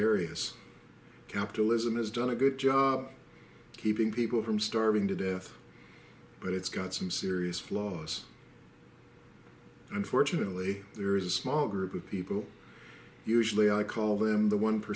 areas capitalism has done a good job keeping people from starving to death but it's got some serious flaws unfortunately there is a small group of people usually i call them the one